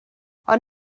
ond